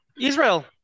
Israel